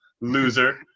loser